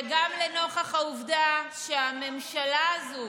וגם לנוכח העובדה שהממשלה הזו,